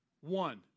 one